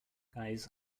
guys